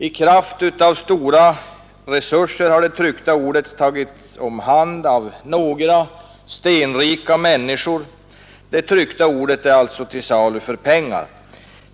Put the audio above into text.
I kraft av stora resurser har det tryckta ordet tagits om hand av några stenrika människor. Det tryckta ordet är alltså till salu för pengar.